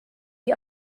the